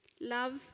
love